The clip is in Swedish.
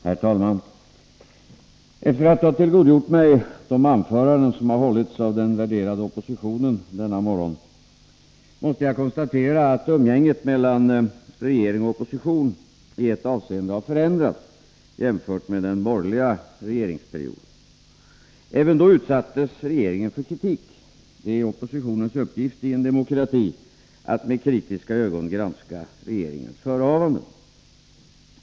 Herr talman! Efter att ha tillgodogjort mig de anföranden som har hållits av den värderade oppositionen denna morgon, måste jag konstatera att umgänget mellan regering och opposition i ett avseende har förändrats, jämfört med hur det var under den borgerliga regeringsperioden. Även då utsattes regeringen för kritik. Det är oppositionens uppgift i en demokrati att med kritiska ögon granska regeringens förehavanden.